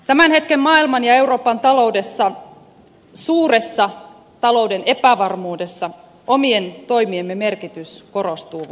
tämän hetken maailman ja euroopan taloudessa suuressa talouden epävarmuudessa omien toimiemme merkitys korostuu voimakkaasti